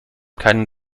keinen